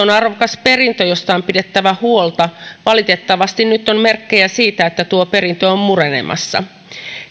on arvokas perintö josta on pidettävä huolta valitettavasti nyt on merkkejä siitä että tuo perintö on murenemassa